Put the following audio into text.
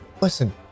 Listen